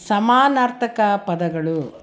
ಸಮಾನಾರ್ಥಕ ಪದಗಳು